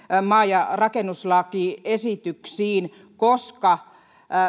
maankäyttö ja rakennuslakiesityksiin koska